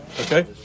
Okay